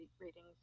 readings